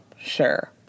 sure